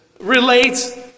relates